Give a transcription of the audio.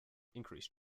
increased